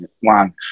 One